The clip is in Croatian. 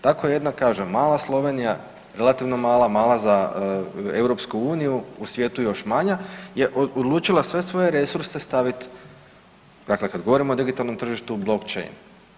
Tako je jedna kažem mala Slovenija, relativno mala, mala za EU, u svijetu još manja, je odlučila sve svoje resurse stavit, dakle kad govorimo o digitalnom tržištu u blockchain.